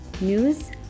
news